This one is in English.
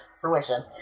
fruition